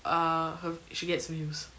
err her she gets views